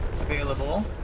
available